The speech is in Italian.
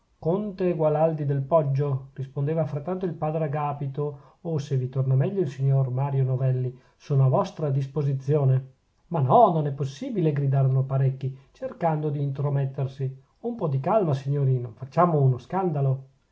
conte gualandi del poggio rispondeva frattanto il padre agapito o se vi torna meglio il signor mario novelli sono a vostra disposizione ma no non è possibile gridarono parecchi cercando d'intromettersi un po di calma signori non facciamo uno scandalo